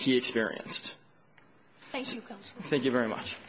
he experienced thank you very much